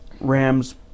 Rams